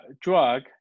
drug